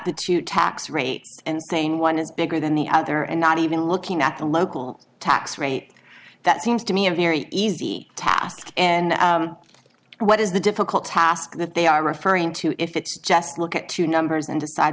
two tax rate and saying one is bigger than the other and not even looking at the local tax rate that seems to me a very easy task and what is the difficult task that they are referring to if it's just look at two numbers and decide